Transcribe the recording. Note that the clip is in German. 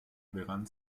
begann